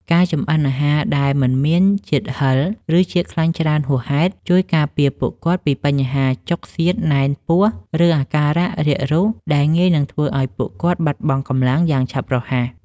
ការចម្អិនអាហារដែលមិនមានជាតិហឹរ ឬជាតិខ្លាញ់ច្រើនហួសហេតុ ជួយការពារពួកគាត់ពីបញ្ហាចុកសៀតណែនពោះ ឬអាការៈរាគរូសដែលងាយនឹងធ្វើឱ្យពួកគាត់បាត់បង់កម្លាំងយ៉ាងឆាប់រហ័ស។